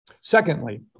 Secondly